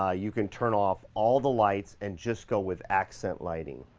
ah you can turn off all the lights and just go with accent lighting.